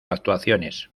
actuaciones